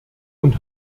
und